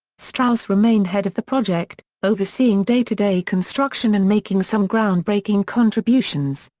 strauss remained head of the project, overseeing day-to-day construction and making some groundbreaking contributions.